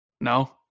No